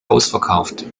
ausverkauft